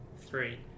three